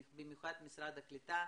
במיוחד משרד העלייה והקליטה,